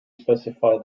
specified